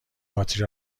باتری